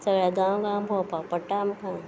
सगळ्या गांवां गांवां भोंवपाक पडटा आमकां